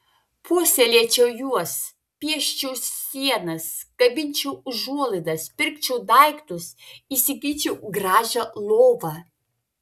puoselėčiau juos pieščiau sienas kabinčiau užuolaidas pirkčiau daiktus įsigyčiau gražią lovą